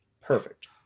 perfect